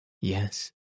Yes